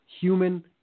human